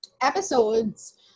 episodes